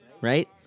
right